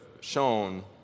shown